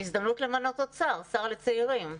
הזדמנות למנות עוד שר, שר לצעירים.